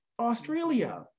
Australia